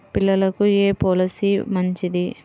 పిల్లలకు ఏ పొలసీ మంచిది?